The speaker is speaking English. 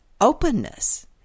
openness